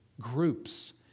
groups